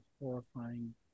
horrifying